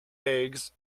eggs